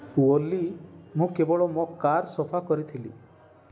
ଓଲି ମୁଁ କେବଳ ମୋ କାର୍ ସଫା କରିଥିଲି